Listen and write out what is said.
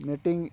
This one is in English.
meeting